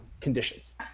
conditions